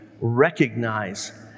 recognize